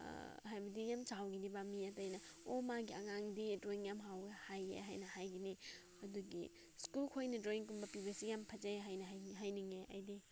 ꯍꯥꯏꯕꯗꯤ ꯌꯥꯝ ꯆꯥꯎꯒꯅꯤꯕ ꯃꯤ ꯑꯇꯩꯅ ꯑꯣ ꯃꯥꯒꯤ ꯑꯉꯥꯡꯗꯤ ꯗ꯭ꯔꯣꯋꯤꯡ ꯌꯥꯝ ꯍꯩꯌꯦ ꯍꯥꯏꯅ ꯍꯥꯏꯒꯅꯤ ꯑꯗꯨꯒꯤ ꯁ꯭ꯀꯨꯜ ꯈꯣꯏꯅ ꯗ꯭ꯔꯣꯋꯤꯡꯒꯨꯝꯕ ꯄꯤꯕꯁꯤ ꯌꯥꯝ ꯐꯖꯩ ꯍꯥꯏꯅ ꯍꯥꯏꯅꯤꯡꯉꯦ ꯑꯩꯗꯤ